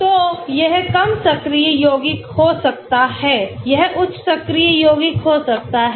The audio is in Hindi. तो यह कम सक्रिय यौगिक हो सकता है यह उच्च सक्रिय यौगिक हो सकता है